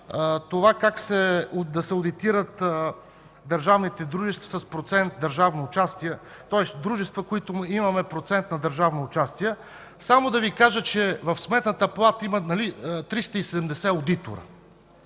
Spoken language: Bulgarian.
това как да се одитират държавните дружества с процент държавно участие, тоест дружества, в които имаме процент на държавно участие. Само да Ви кажа, че в Сметната палата има 370 одитора.